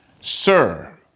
sir